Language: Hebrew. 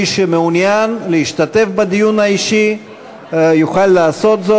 מי שמעוניין להשתתף בדיון האישי יוכל לעשות את זה